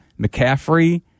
McCaffrey